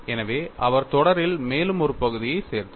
எனவே அவர் தொடரில் மேலும் ஒரு பகுதியைச் சேர்த்தார்